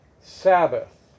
Sabbath